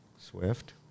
Swift